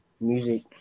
music